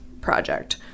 project